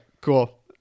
cool